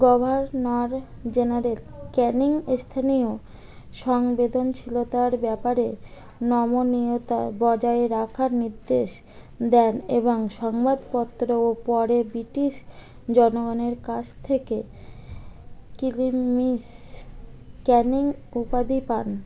governor general Canning স্থানীয় সংবেদনশীলতার ব্যাপারে নমনীয়তা বজায় রাখার নির্দেশ দেন এবং সংবাদপত্র ও পরে ব্রিটিশ জনগণের কাছ থেকে কিমস ক্যানিং উপাধি পান